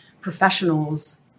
professionals